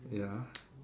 ya